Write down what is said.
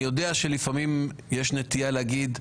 אני יודע שלפעמים יש נטייה להגיד: